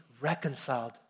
reconciled